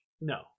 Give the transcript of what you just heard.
No